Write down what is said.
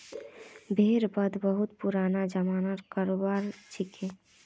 भेड़ वध बहुत पुराना ज़मानार करोबार छिके